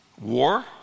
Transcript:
war